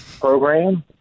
program